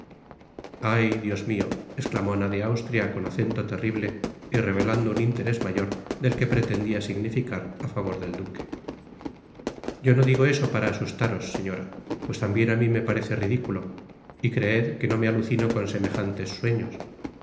ay dios mio esclamó ana de austria con acento terrible y revelando un interés mayor del que pretendia significar á favor del duque yo no digo eso para asustaros señora pues tambien á mí me parece ridiculo y creed que no me alucino con semejantes sueños